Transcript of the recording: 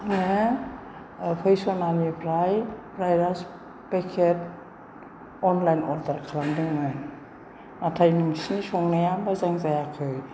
आङो फै सनानिफ्राय fried rice packet online order खालामदोंमोन नाथाय नोंसोरनि संनाया मोजां जायाखै